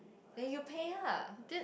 then you pay lah